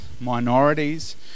minorities